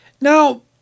Now